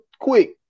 Quick